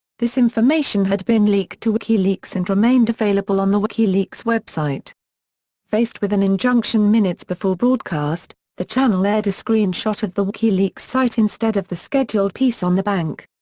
this information had been leaked to wikileaks and remained available on the wikileaks website faced with an injunction minutes before broadcast, the channel aired a screen-shot of the wikileaks site instead of the scheduled piece on the bank.